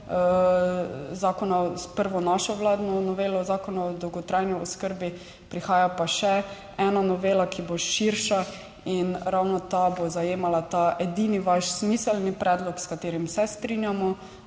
zakona s prvo našo vladno novelo Zakona o dolgotrajni oskrbi, prihaja pa še ena novela, ki bo širša in ravno ta bo zajemala ta edini vaš smiselni predlog, s katerim se strinjamo,